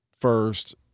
first